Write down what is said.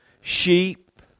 sheep